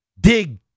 dig